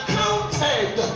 counted